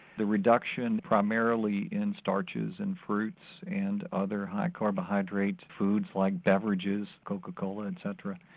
the reduction primarily in starches and fruits and other high carbohydrate foods like beverages coca cola etc.